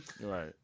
Right